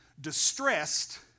distressed